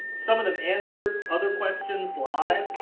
some of them answer other questions live.